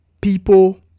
people